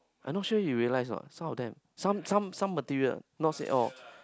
I not sure you realise or not some of them some some some material not say all